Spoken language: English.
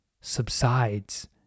subsides